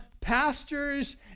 pastors